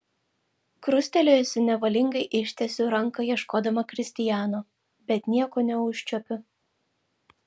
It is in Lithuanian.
krustelėjusi nevalingai ištiesiu ranką ieškodama kristijano bet nieko neužčiuopiu